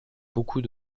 beaucoup